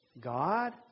God